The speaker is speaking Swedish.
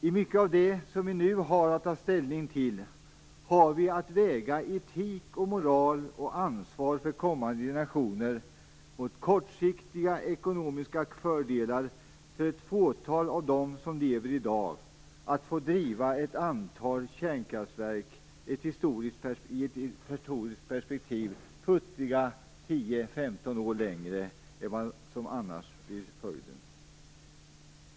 I mycket av det vi nu har att ta ställning till har vi att väga etik, moral och ansvar för kommande generationer mot kortsiktiga ekonomiska fördelar för ett fåtal av dem som lever i dag att få driva ett antal kärnkraftverk i ett historiskt perspektiv futtiga 10-15 år längre än vad som annars blir följden.